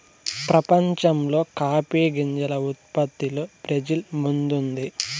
ప్రపంచంలో కాఫీ గింజల ఉత్పత్తిలో బ్రెజిల్ ముందుంది